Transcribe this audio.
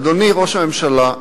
אדוני ראש הממשלה,